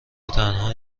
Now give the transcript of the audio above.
وتنها